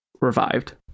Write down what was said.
revived